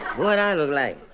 what i look like?